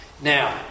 Now